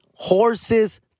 Horses